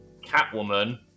Catwoman